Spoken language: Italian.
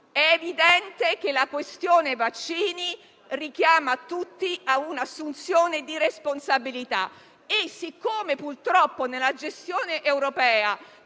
È evidente che la questione vaccini richiama tutti a un'assunzione di responsabilità. Poiché, nella gestione europea,